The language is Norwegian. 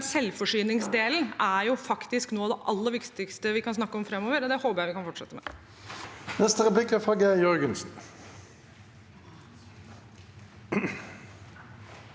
selvforsyningsdelen er faktisk noe av det aller viktigste vi kan snakke om framover, og det håper jeg vi kan fortsette med.